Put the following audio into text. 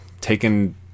taken